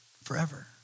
forever